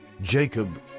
Jacob